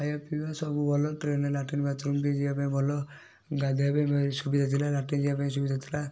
ଖାଇବା ପିଇବା ସବୁ ଭଲ ଟ୍ରେନ୍ରେ ଲାଟ୍ରିନ୍ ବାଥ୍ ରୁମ୍ ବି ଯିବା ପାଇଁ ଭଲ ଗାଧେଇବା ପାଇଁ ଭାରି ସୁବିଧା ଥିଲା ଲାଟ୍ରିନ୍ ଯିବା ପାଇଁ ସୁବିଧା ଥିଲା